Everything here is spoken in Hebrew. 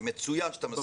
זה מצוין שאתה מוסיף אותה.